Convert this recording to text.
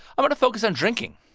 i want to focus on drinking